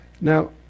Now